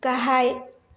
गाहाय